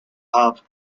hub